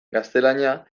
gaztelania